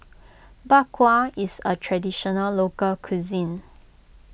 Bak Kwa is a Traditional Local Cuisine